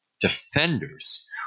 defenders